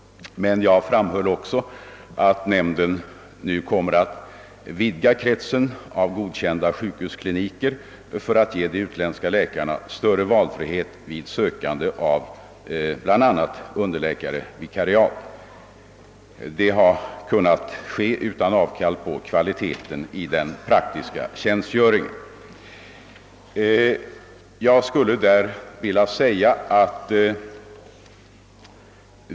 Men jag framhöll också, att nämnden nu kommer att vidga kretsen av godkända sjukhuskliniker för att ge de utländska läkarna större valfrihet vid sökande av bl.a. underläkarvikariat. Det har kunnat ske utan att man gjort avkall åtgärder för att avhjälpa läkarbristen i Norrland på kvalitén i den praktiska tjänstgöringen.